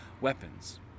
weapons